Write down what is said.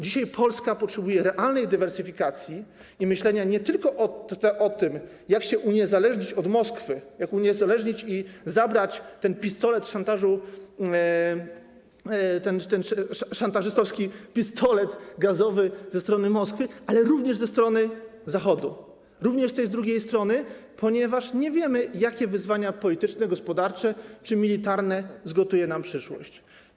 Dzisiaj Polska potrzebuje realnej dywersyfikacji i myślenia nie tylko o tym, jak się uniezależnić od Moskwy, jak się uniezależnić i zabrać ten pistolet szantażu, ten szantażystowski pistolet gazowy ze strony Moskwy, ale również ze strony Zachodu, jak się uniezależnić również od tej drugiej strony, ponieważ nie wiemy, jakie wyzwania polityczne, gospodarcze czy militarne zgotuje nam przyszłość.